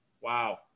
Wow